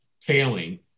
failing